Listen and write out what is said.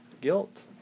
Guilt